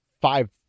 five